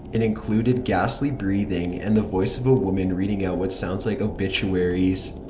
it included ghostly breathing, and the voice of a woman reading out what sounds like obituaries.